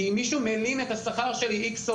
כי אם מישהו מלין את השכר של מישהו,